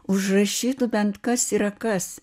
užrašytų bent kas yra kas